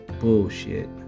bullshit